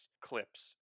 clips